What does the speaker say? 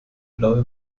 blaue